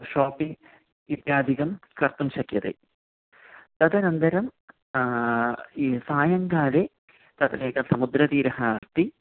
shopping इत्यादिकं कर्तुं शक्यते तदनन्तरं सायङ्काले तदेकं समुद्रतीरे अस्ति